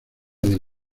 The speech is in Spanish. del